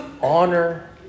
honor